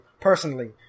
personally